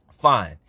fine